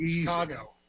Chicago